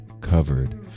covered